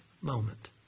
moment